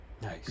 nice